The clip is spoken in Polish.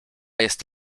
jest